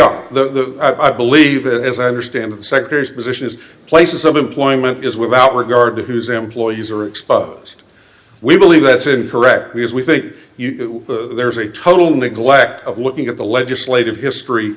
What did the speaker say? are the i believe as i understand sectors position is places of employment is without regard to whose employees are exposed we believe that's incorrect because we think there is a total neglect of looking at the legislative history